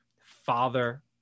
father